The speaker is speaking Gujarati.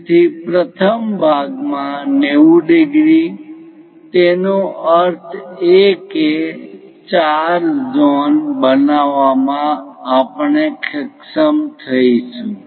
તેથી પ્રથમ ભાગ 90° તેનો અર્થ એ કે ચાર ઝોન બનાવવામાં આપણે સક્ષમ થઈશું